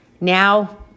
Now